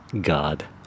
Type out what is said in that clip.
god